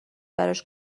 براش